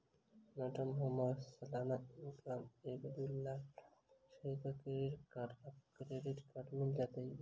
Madam हम्मर सलाना income एक दु लाख लगभग छैय तऽ डेबिट कार्ड आ क्रेडिट कार्ड मिल जतैई नै?